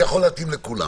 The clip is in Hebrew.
זה יכול להתאים לכולם.